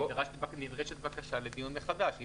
נדרשת בקשה לדיון מחדש.